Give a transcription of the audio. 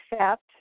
accept